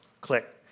Click